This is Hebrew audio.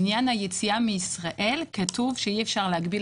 עניין היציאה מישראל כתוב שאי-אפשר להגביל